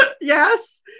Yes